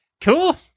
Cool